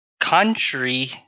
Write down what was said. country